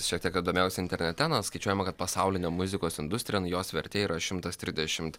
šiek tiek ką domėjausi internete na skaičiuojama kad pasaulinė muzikos industrija jos vertė yra šimtas trisdešimt